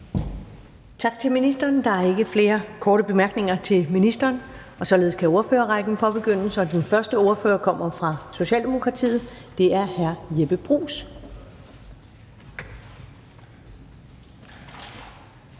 Tak til ministeren. Der er ikke flere korte bemærkninger til ministeren. Således kan ordførerrækken påbegyndes. Den første ordfører kommer fra Socialdemokratiet, og det er hr. Jeppe Bruus.